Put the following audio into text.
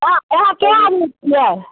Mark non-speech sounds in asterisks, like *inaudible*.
हाँ यहाँ क्या *unintelligible* है